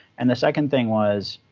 and the second thing was